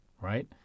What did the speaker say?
right